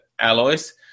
alloys